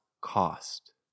cost